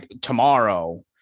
tomorrow